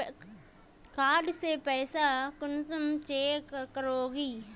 Card से पैसा कुंसम चेक करोगी?